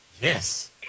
Yes